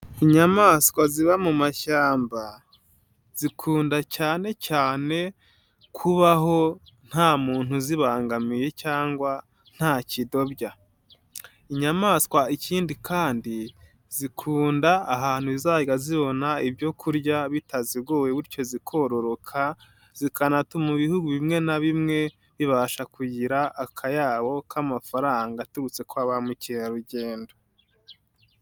nyamaswa ziba mu mashyamba zikunda cyane cyane kubaho nta muntu uzibangamiye cyangwa nta kidobya, inyamaswa ikindi kandi zikunda ahantu zajya zibona ibyo kurya bitazigoye bityo zikororoka zikanatuma ibihugu bimwe na bimwe bibasha kugira akayabo k'amafaranga aturutse kwa ba mukerarugendo.